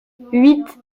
huit